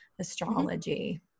astrology